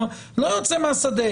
הוא לא יוצא מהשדה.